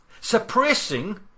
suppressing